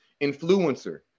influencer